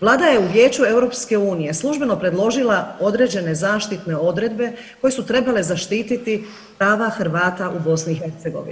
Vlada je u Vijeću EU službeno predložila određene zaštitne odredbe koje su trebale zaštiti prava Hrvata u BiH.